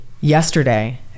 yesterday